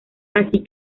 así